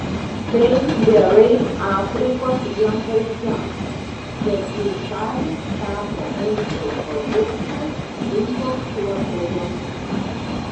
tai gerai afrikos žemvaldžiams bet jų šalys tapo maisto produktų importuotojomis